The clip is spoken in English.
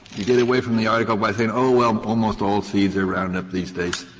you get away from the article by saying, oh, well, almost all seeds are roundup these days.